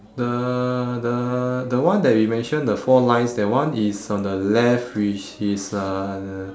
the the the one that we mention the four lines that one is on the left which is uh